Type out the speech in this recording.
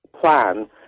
plan